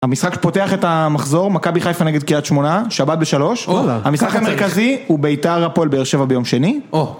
המשחק שפותח את המחזור, מכבי חיפה נגד קרית שמונה, שבת בשלוש. המשחק המרכזי הוא ביתר - הפועל באר שבע ביום שני.